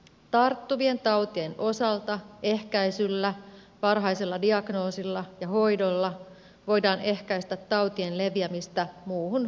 tarttuvien tautien osalta ehkäisyllä varhaisella diagnoosilla ja hoidolla voidaan ehkäistä tautien leviämistä muuhun väestöön